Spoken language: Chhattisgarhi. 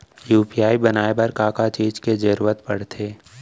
यू.पी.आई बनाए बर का का चीज के जरवत पड़थे?